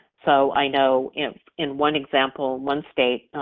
so i know if in one example, one state,